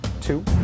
Two